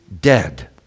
dead